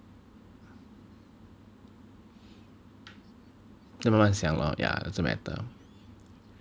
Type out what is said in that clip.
要慢慢想 lor ya doesn't matter